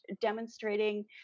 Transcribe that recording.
demonstrating